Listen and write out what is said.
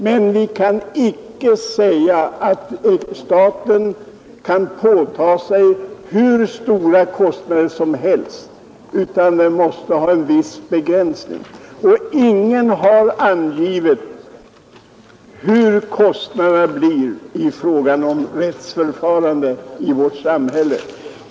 Staten kan emellertid inte ta på sig hur stora kostnader som helst; det måste finnas en viss begränsning. Ingen har angivit hur stora kostnaderna blir i fråga om rättsförfarandet i vårt samhälle.